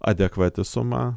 adekvati suma